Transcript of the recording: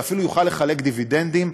ואפילו יוכל לחלק דיבידנדים,